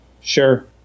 sure